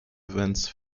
events